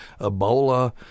Ebola